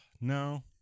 no